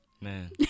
Man